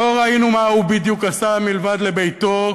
לא ראינו מה הוא בדיוק עשה, מלבד לביתו.